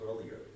earlier